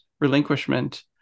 relinquishment